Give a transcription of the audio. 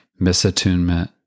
Misattunement